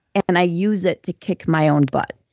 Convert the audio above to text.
and i use it to kick my own butt.